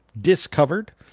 Discovered